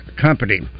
Company